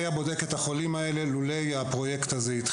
בודק את החולים האלה לולא הפרויקט הזה.